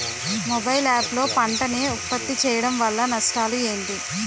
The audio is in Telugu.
మొబైల్ యాప్ లో పంట నే ఉప్పత్తి చేయడం వల్ల నష్టాలు ఏంటి?